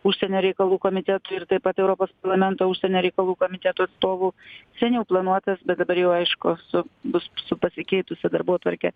užsienio reikalų komitetu ir taip pat europos parlamento užsienio reikalų komiteto atstovų seniau planuotas bet dabar jau aišku su bus su pasikeitusia darbotvarke